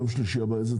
יום שלישי הבא,